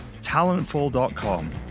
talentful.com